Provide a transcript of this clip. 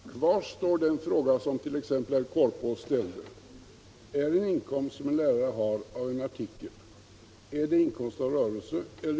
Herr talman! Kvar står den fråga som t.ex. herr Korpås ställde: Är en inkomst som en lärare har för en artikel inkomst av rörelse eller